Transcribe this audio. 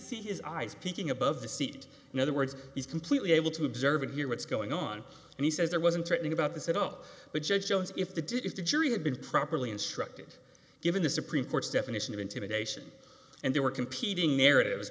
see his eyes peeking above the seat in other words he's completely able to observe and hear what's going on and he says there wasn't threatening about this at all but judge jones if they did if the jury had been properly instructed given the supreme court's definition of intimidation and they were competing narratives